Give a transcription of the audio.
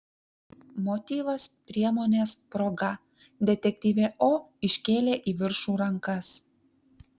motyvas priemonės proga detektyvė o iškėlė į viršų rankas